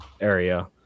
area